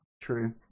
true